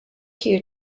here